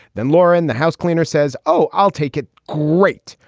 then lauren, the house cleaner, says, oh, i'll take it. great.